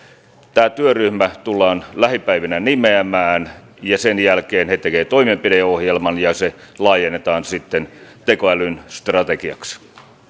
tämä työryhmä tullaan lähipäivinä nimeämään ja sen jälkeen he tekevät toimenpideohjelman ja se laajennetaan sitten tekoälyn strategiaksi